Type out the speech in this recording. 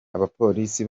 abapolisi